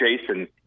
Jason